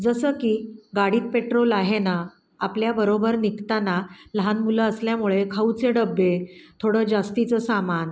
जसं की गाडीत पेट्रोल आहे ना आपल्याबरोबर निघताना लहान मुलं असल्यामुळे खाऊचे डब्बे थोडं जास्तीचं सामान